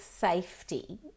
safety